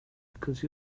because